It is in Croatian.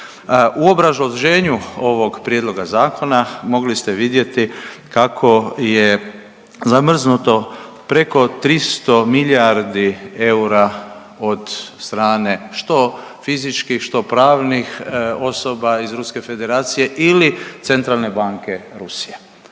U obrazloženju ovog prijedloga zakona mogli ste vidjeti kako je zamrznuto preko 300 milijardi eura od strane što fizičkih, što pravnih osoba iz Ruske Federacije ili Centralne banke Rusije.